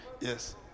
Yes